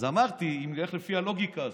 אז אמרתי: אם נלך לפי הלוגיקה הזאת,